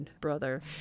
brother